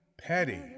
Patty